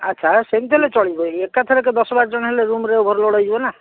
ଆଚ୍ଛା ସେମିତି ହେଲେ ଚଳିବ ଏକାଥରକେ ଦଶ ବାର ଜଣ ହେଲେ ରୁମ୍ରେ ଓଭରଲୋଡ଼୍ ହେଇଯିବ ନା